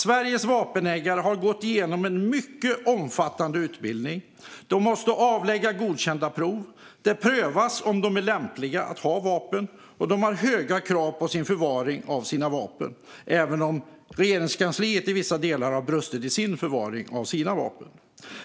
Sveriges vapenägare har gått igenom en mycket omfattande utbildning. De måste avlägga godkända prov. Det prövas om de är lämpliga att ha vapen, och de har höga krav på förvaringen av sina vapen, även om Regeringskansliet i vissa delar har brustit i förvaringen av sina vapen.